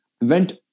went